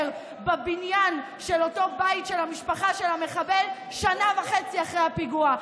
בבניין של אותו בית של המשפחה של המחבל שנה וחצי אחרי הפיגוע.